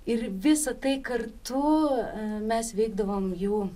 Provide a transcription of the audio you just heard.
ir visa tai kartu mes veikdavom jų